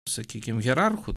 sakykim hierarchų